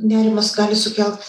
nerimas gali sukelt